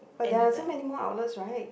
but there are so many more outlets right